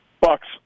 Bucks